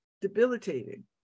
debilitating